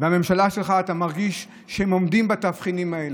בממשלה שלך, מרגיש שהם עומדים בתבחינים האלה,